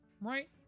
Right